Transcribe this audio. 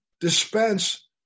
dispense